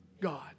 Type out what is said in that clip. God